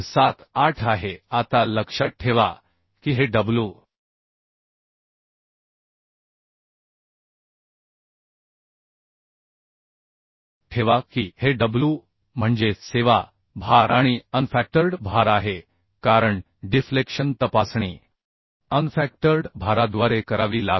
78 आहे आता लक्षात ठेवा की हे w म्हणजे सेवा भार आणि अनफॅक्टर्ड भार आहे कारण डिफ्लेक्शन तपासणी अनफॅक्टर्ड भाराद्वारे करावी लागते